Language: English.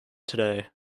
today